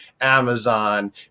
Amazon